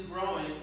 growing